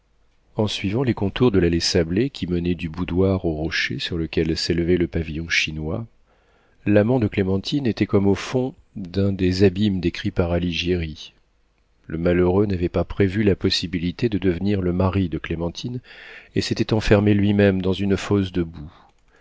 en suivant les contours de l'allée sablée qui menait du boudoir au rocher sur lequel s'élevait le pavillon chinois l'amant de clémentine était comme au fond d'un des abîmes décrits par alighieri le malheureux n'avait pas prévu la possibilité de devenir le mari de clémentine et s'était enfermé lui-même dans une fosse de boue